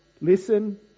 Listen